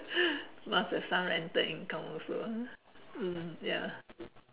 must have some rental income also ah mm ya